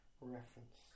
reference